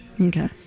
Okay